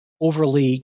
overly